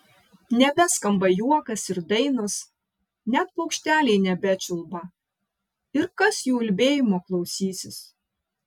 nebeskamba juokas ir dainos net paukšteliai nebečiulba ir kas jų ulbėjimo klausysis